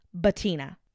Batina